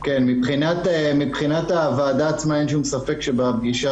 מבחינת הוועדה עצמה אין שום ספק שבפגישה